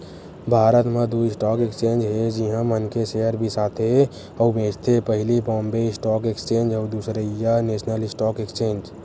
भारत म दू stock exchange हे जिहाँ मनखे सेयर बिसाथे अउ बेंचथे पहिली बॉम्बे स्टॉक एक्सचेंज अउ दूसरइया नेसनल स्टॉक एक्सचेंज